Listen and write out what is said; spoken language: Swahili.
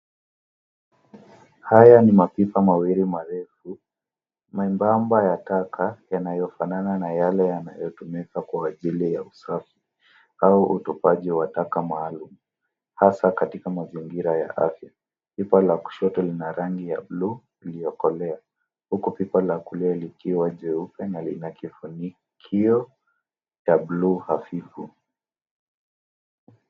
Haya ni mapipa mawili marefu membamba ya kaka yanayofanana na yale yanayotumika kwa ajili ya usafi au utupaji wa taka maalum. Hasa katika mazingira ya afya. Pipa la kushoto lina rangi ya bluu iliyokolea. Huku pipa ya kulia likiwa jeupe na linakifunikio ya bluu hafifu.